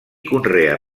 conrea